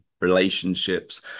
relationships